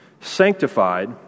sanctified